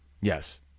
Yes